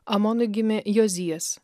amonui gimė jozijas